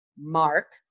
Mark